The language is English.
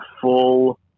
full